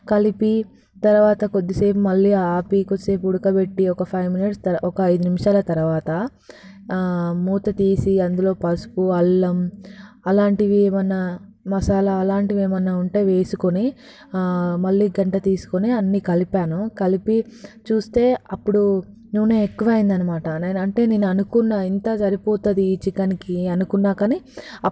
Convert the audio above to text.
కలిపి తరువాత కొద్దిసేపు మళ్ళీ ఆపి కొద్దిసేపు ఉడకబెట్టి ఒక ఫైవ్ మినిట్స్ ఒక ఐదు నిమిషాల తరువాత మూత తీసి అందులో పసుపు అల్లం అలాంటివి ఏమైనా మసాలా అలాంటివి ఏమైనా ఉంటే వేసుకొని మళ్ళీ గరిటె తీసుకొని అన్ని కలిపాను కలిపి చూస్తే అప్పుడు నూనె ఎక్కువ అయిందన్నమాట నేను అంటే నేను అనుకున్నాను ఇంత సరిపోతుంది చికెన్కి అనుకున్నాను కానీ